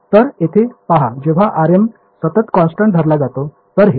तर येथे पहा जेव्हा rm सतत कॉन्स्टन्ट धरला जातो तर हे